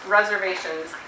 reservations